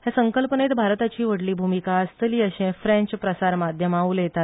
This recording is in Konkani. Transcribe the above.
ह्या संकल्पनेत भारताची व्हडली भूमिका आसतली अशे फ्रेंच प्रसारमाध्यमा उलयतात